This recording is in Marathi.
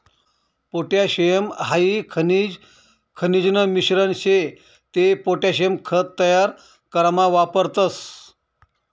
पोटॅशियम हाई खनिजन मिश्रण शे ते पोटॅशियम खत तयार करामा वापरतस